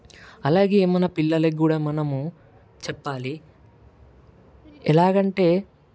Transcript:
అలాగే మన పిల్లలకి కూడా మనము చెప్పాలి ఎలాగ అంటే